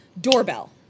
doorbell